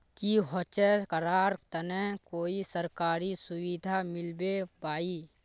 की होचे करार तने कोई सरकारी सुविधा मिलबे बाई?